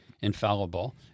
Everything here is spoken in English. infallible